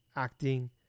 Acting